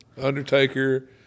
Undertaker